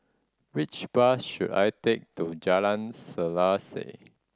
which bus should I take to Jalan Selaseh